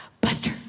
Buster